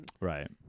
Right